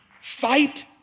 Fight